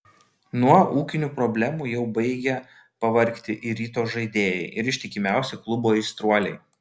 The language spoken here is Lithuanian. nuo ūkinių problemų jau baigia pavargti ir ryto žaidėjai ir ištikimiausi klubo aistruoliai